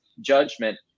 judgment